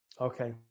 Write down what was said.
Okay